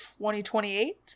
2028